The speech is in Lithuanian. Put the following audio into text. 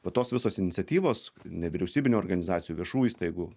va tos visos iniciatyvos nevyriausybinių organizacijų viešų įstaigų